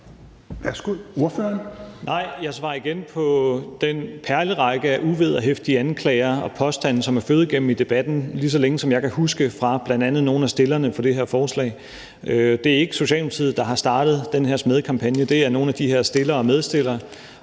jeg svarer igen på den perlerække af uvederhæftige anklager og påstande, som har flydt gennem debatten, lige så længe som jeg kan huske, og er kommet fra bl.a. nogle af stillerne bag det her forslag. Det er ikke Socialdemokratiet, der har startet den her smædekampagne, det er nogle af de her stillere og medstillere.